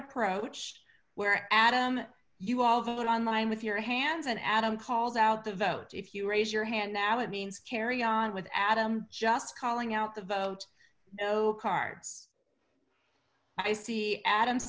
approach where adam you all vote online with your hands and adam calls out the vote if you raise your hand now it means carry on with adam just calling out the vote no cards i see adam